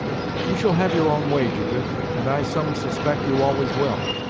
you shall have your own way, judith, and i some suspect you always will.